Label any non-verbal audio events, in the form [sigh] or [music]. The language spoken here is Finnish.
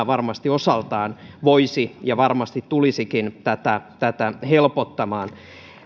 [unintelligible] varmasti osaltaan voisi tulla ja varmasti tulisikin tätä tätä helpottamaan